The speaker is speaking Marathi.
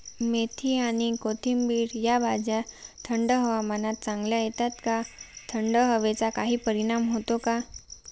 मेथी आणि कोथिंबिर या भाज्या थंड हवामानात चांगल्या येतात का? थंड हवेचा काही परिणाम होतो का?